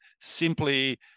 simply